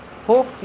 hope